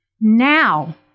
Now